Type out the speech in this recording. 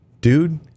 Dude